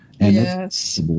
Yes